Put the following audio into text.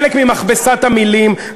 חלק ממכבסת המילים.